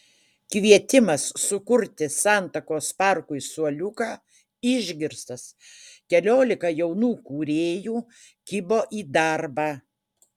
kvietimas sukurti santakos parkui suoliuką išgirstas keliolika jaunų kūrėjų kibo į darbą